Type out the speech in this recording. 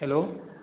hello